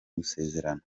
gusezerana